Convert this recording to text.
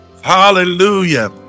Hallelujah